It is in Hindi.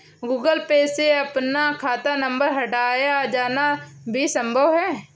गूगल पे से अपना खाता नंबर हटाया जाना भी संभव है